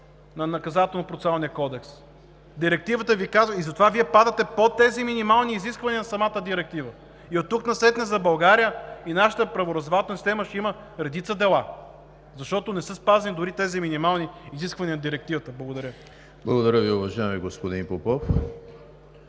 Благодаря Ви, уважаеми господин Байчев.